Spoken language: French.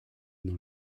nos